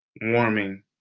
warming